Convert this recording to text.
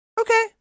Okay